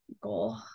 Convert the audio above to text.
goal